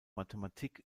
mathematik